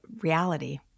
reality